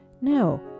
No